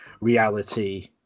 reality